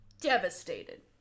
Devastated